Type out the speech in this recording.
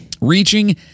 Reaching